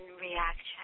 reaction